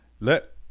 let